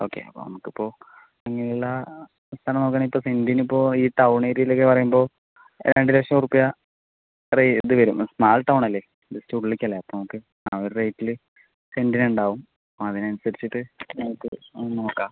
okay അപ്പോൾ നമുക്കിപ്പോൾ ഇങ്ങനെയുള്ള സ്ഥലം നോക്കണേൽ ഇപ്പോൾ സെന്റിനിപ്പോൾ ഈ ടൗൺ ഏരിയയിൽ എന്നൊക്കെ പറയുമ്പോൾ രണ്ടുലക്ഷം രൂപ ഇത്രയും ഇത് വരും സ്മാൾ ടൗൺ അല്ലെ ജസ്റ്റ് ഉള്ളിലേക്കല്ലേ അപ്പം നമുക്ക് ആ ഒരു റേറ്റിൽ സെന്റിന് ഉണ്ടാകും അപ്പോൾ അതിനനുസരിച്ചിട്ടു നമുക്ക് നോക്കാം